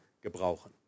gebrauchen